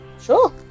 Sure